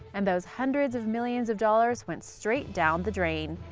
and those hundreds of millions of dollars went straight down the drain.